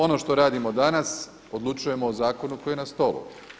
Ono što radimo danas, odlučujemo o zakonu koji je na stolu.